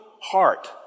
heart